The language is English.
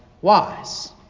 wise